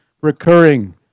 recurring